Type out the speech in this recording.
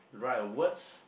write a words